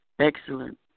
excellent